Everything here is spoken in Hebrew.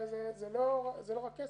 זה לא רק כסף,